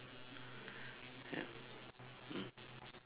ya mm